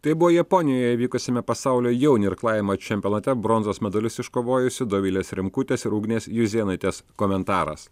tai buvo japonijoje vykusiame pasaulio jaunių irklavimo čempionate bronzos medalius iškovojusių dovilės rimkutės ir ugnės juzėnaitės komentaras